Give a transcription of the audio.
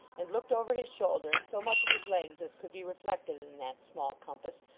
and looked over his shoulder at so much of his legs as could be reflected in that small compass,